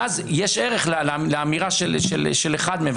ואז יש ערך לאמירה של אחד מהם,